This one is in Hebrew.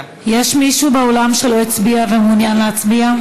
ומעוניין להצביע?